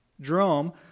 Jerome